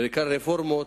בעיקר רפורמות,